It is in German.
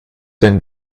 dein